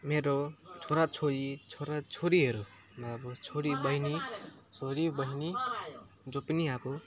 मेरो छोराछोरी छोरा छोरीहरू र अब छोरी बहिनी छोरी बहिनी जो पनि अब